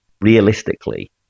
realistically